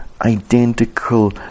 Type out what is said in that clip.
identical